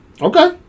Okay